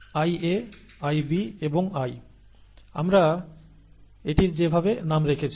IA IB এবং i আমরা এটির যেভাবে নাম রেখেছি